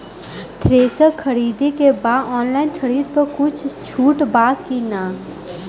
Thresher खरीदे के बा ऑनलाइन खरीद पर कुछ छूट बा कि न?